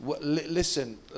Listen